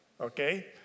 okay